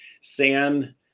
San